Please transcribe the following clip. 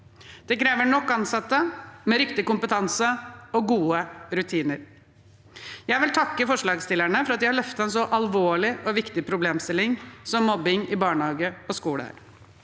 Det krever nok ansatte med riktig kompetanse og gode rutiner. Jeg vil takke forslagsstillerne for at de har løftet en så alvorlig og viktig problemstilling som mobbing i barnehage og skole